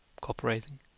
cooperating